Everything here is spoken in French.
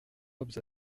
robes